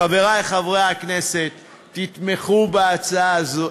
חברי חברי הכנסת, תתמכו בהצעה הזו.